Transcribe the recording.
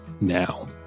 now